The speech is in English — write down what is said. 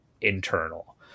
internal